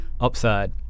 upside